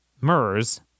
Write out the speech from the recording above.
MERS